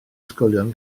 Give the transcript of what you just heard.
ysgolion